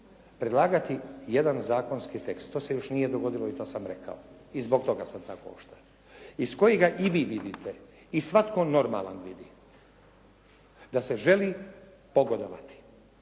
predlagati jedan zakonski tekst, to se još nije dogodilo i to sam rekao, i zbog toga sam tako oštar, iz kojega i vi vidite i svatko normalan vidi da se želi pogodovati